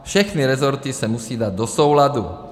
Všechny rezorty se musí dát do souladu.